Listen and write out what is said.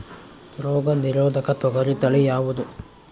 ರೋಗ ನಿರೋಧಕ ತೊಗರಿ ತಳಿ ಯಾವುದು?